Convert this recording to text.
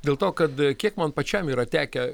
dėl to kad kiek man pačiam yra tekę